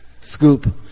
scoop